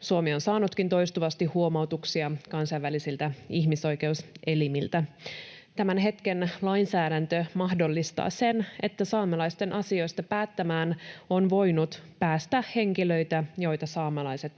Suomi on saanutkin toistuvasti huomautuksia kansainvälisiltä ihmisoikeuselimiltä. Tämän hetken lainsäädäntö mahdollistaa sen, että saamelaisten asioista päättämään on voinut päästä henkilöitä, joita saamelaiset eivät